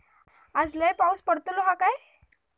आज लय पाऊस पडतलो हा काय?